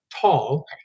tall